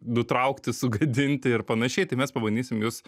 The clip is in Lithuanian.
nutraukti sugadinti ir panašiai tai mes pabandysim jus